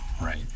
right